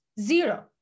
zero